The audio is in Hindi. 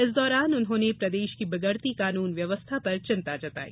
इस दौरान उन्होंने प्रदेश की बिगड़ती कानून व्यवस्था पर चिंता जताई